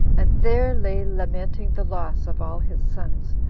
and there lay lamenting the loss of all his sons,